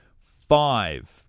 five